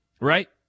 Right